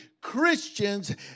christians